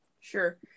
Sure